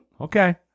Okay